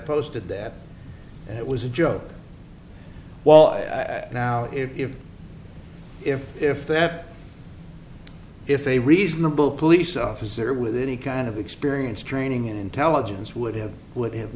posted that it was a joke while i now if if if that if a reasonable police officer with any kind of experience training and intelligence would have would have